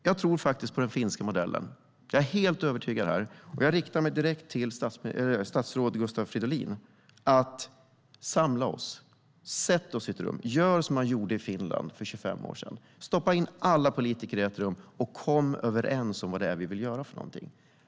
Jag tror på den finska modellen - jag är helt övertygad. Jag riktar mig direkt till statsrådet Gustav Fridolin: Samla oss, sätt oss i ett rum, gör som man gjorde i Finland för 25 år sedan! Stoppa in alla politiker i ett rum och kom överens om vad vi vill göra!